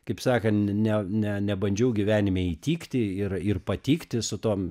kaip sakant ne ne nebandžiau gyvenime įtikti ir ir patikti su tom